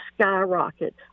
skyrocket